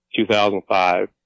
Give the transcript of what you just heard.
2005